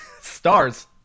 stars